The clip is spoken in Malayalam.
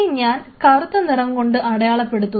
ഞാൻ ഇതിനെ കറുത്ത നിറം കൊണ്ട് അടയാളപ്പെടുത്തുന്നു